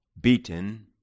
beaten